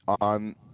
on